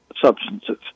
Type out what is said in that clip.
substances